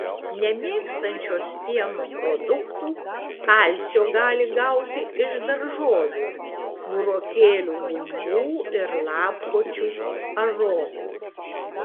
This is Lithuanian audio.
nemėgstančios pieno produktų kalcio gali gauti iš daržovių burokėlių gumbų ir lapkočių ar ropių